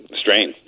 strain